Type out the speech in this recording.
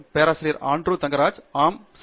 பேராசிரியர் ஆண்ட்ரூ தங்கராஜ் ஆம் சரி